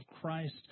Christ